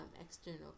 external